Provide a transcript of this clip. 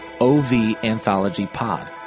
OVAnthologyPod